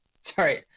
Sorry